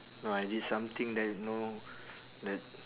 know I did something that know that